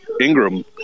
Ingram